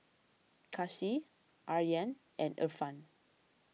Kasih Aryan and Irfan